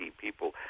people